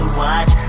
watch